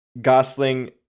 Gosling